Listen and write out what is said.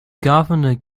governor